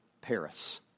Paris